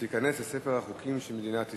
ותיכנס לספר החוקים של מדינת ישראל.